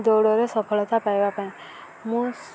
ଦୌଡ଼ରେ ସଫଳତା ପାଇବା ପାଇଁ ମୁଁ